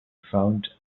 found